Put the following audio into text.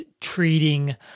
treating